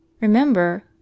Remember